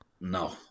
No